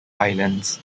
islands